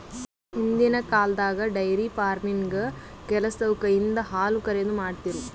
ಹಿಂದಿನ್ ಕಾಲ್ದಾಗ dairy farming ಕೆಲಸವು ಕೈಯಿಂದ ಹಾಲುಕರೆದು, ಮಾಡ್ತಿರು